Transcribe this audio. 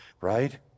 right